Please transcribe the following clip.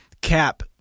cap